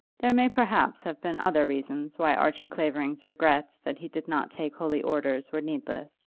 there may perhaps have been other reasons why archie clavering's regrets that he did not take holy orders were needless.